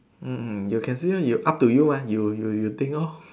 mm mm you can see ah you up to you ah you you you think orh